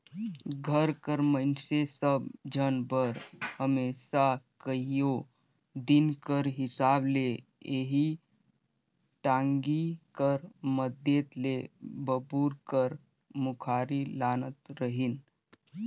घर कर मइनसे सब झन बर हमेसा कइयो दिन कर हिसाब ले एही टागी कर मदेत ले बबूर कर मुखारी लानत रहिन